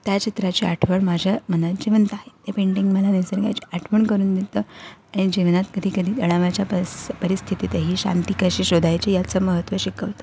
त्या चित्राची आठवण माझ्या मनात जिवंत आहे ते पेंटिंग मला निसर्गाची आठवण करून देतं आणि जीवनात कधी कधी गळावाच्या परिस् परिस्थितीतही शांती कशी शोधायची याचं महत्त्व शिकवतं